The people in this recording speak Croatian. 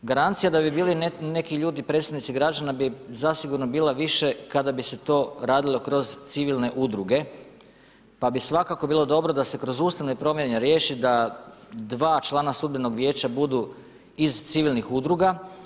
Garancija da bi bili neki ljudi predstavnici građana bi zasigurno bila više kada bi se to radilo kroz civilne udruge, pa bi svakako bilo dobro da se kroz ustavne promjene riješi da dva člana Sudbenog vijeća budu iz civilnih udruga.